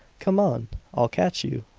come on i'll catch you!